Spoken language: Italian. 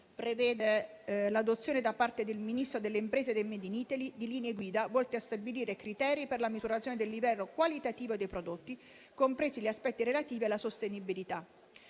prevede l'adozione, da parte del Ministro delle imprese e del made in Italy, di linee guida volte a stabilire criteri per la misurazione del livello qualitativo dei prodotti, compresi gli aspetti relativi alla sostenibilità.